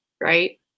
right